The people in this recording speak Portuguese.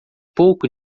pouco